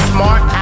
Smart